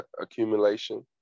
accumulation